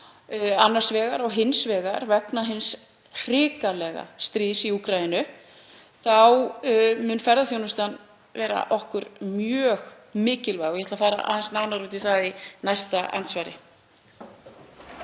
annars vegar og hins vegar vegna hins hrikalega stríðs í Úkraínu, muni ferðaþjónustan vera okkur mjög mikilvæg. Ég ætla að fara aðeins nánar út í það í síðara andsvari.